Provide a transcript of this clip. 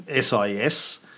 SIS